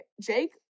Jake